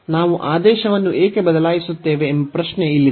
ನಾವು ಆದೇಶವನ್ನು ಏಕೆ ಬದಲಾಯಿಸುತ್ತೇವೆ ಎಂಬ ಪ್ರಶ್ನೆ ಇಲ್ಲಿದೆ